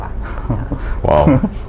Wow